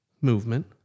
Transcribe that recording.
movement